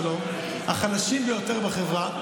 החלשים ביותר בחברה,